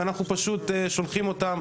ואנחנו פשוט שולחים אותם.